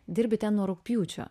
dirbi ten nuo rugpjūčio